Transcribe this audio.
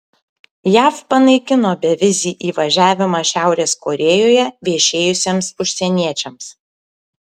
jav panaikino bevizį įvažiavimą šiaurės korėjoje viešėjusiems užsieniečiams